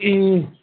ए